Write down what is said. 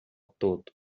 todo